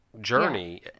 journey